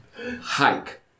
Hike